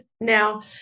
Now